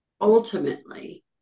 ultimately